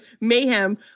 mayhem